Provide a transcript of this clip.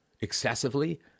excessively